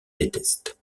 déteste